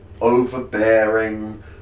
overbearing